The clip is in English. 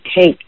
take